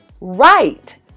right